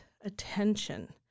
attention